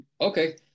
Okay